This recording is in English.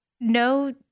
no